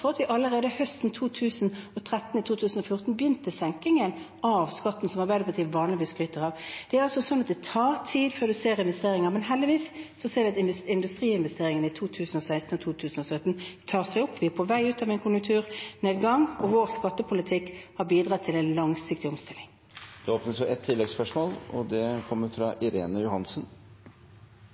for at vi allerede høsten 2013–2014 begynte senkningen av skatten, som Arbeiderpartiet vanligvis skryter av. Det er altså slik at det tar tid før man ser investeringer, men heldigvis ser vi at industriinvesteringene i 2016–2017 tar seg opp; vi er på vei ut av en konjunkturnedgang. Vår skattepolitikk har bidratt til en langsiktig omstilling. Det åpnes for ett oppfølgingsspørsmål – Irene Johansen. Vi har nå fått høre forskjellen på himmel og